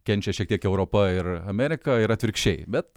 kenčia šiek tiek europa ir amerika ir atvirkščiai bet